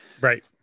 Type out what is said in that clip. right